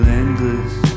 endless